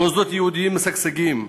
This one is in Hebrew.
מוסדות יהודיים משגשגים,